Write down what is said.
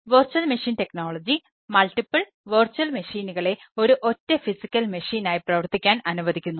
virtual machine technology ആയി പ്രവർത്തിക്കാൻ അനുവദിക്കുന്നു